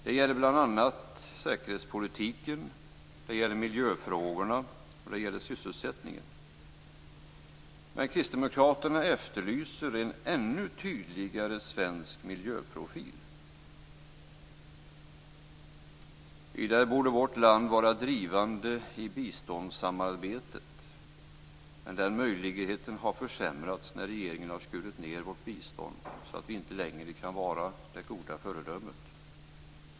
Det gäller bl.a. säkerhetspolitiken, miljöfrågorna och sysselsättningen. Vad kristdemokraterna efterlyser är en ännu tydligare svensk miljöprofil. Vidare borde vårt land vara drivande i biståndssamarbetet, men den möjligheten har försämrats när regeringen har skurit ned vårt bistånd, så att vi inte längre kan vara det goda föredömet.